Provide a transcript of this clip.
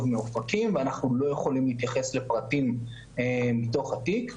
מאופקים ואנחנו לא יכולים להתייחס לפרטים מתוך התיק.